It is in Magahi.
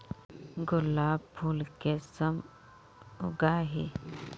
गुलाब फुल कुंसम उगाही?